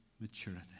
maturity